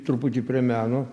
truputį prie meno